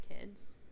kids